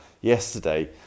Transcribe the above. yesterday